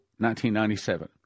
1997